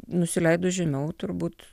nusileidus žemiau turbūt